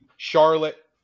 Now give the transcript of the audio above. charlotte